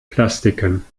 plastiken